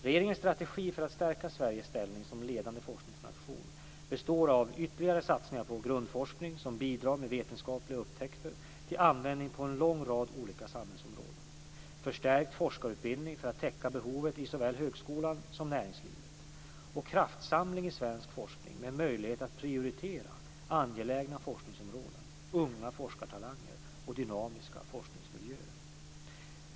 Regeringens strategi för att stärka Sveriges ställning som ledande forskningsnation består av ytterligare satsningar på grundforskning som bidrar med vetenskapliga upptäckter till användning på en lång rad olika samhällsområden, förstärkt forskarutbildning för att täcka behovet i såväl högskolan som näringslivet och kraftsamling i svensk forskning med möjligheter att prioritera angelägna forskningsområden, unga forskartalanger och dynamiska forskningsmiljöer.